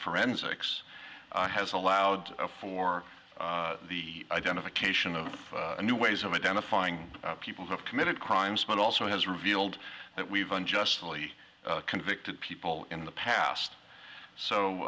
forensics has allowed for the identification of new ways of identifying people who have committed crimes but also has revealed that we've unjustly convicted people in the past so